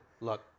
Look